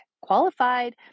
Qualified